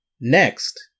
next